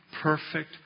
perfect